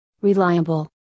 Reliable